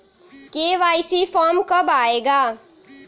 KYC form कब आए गा?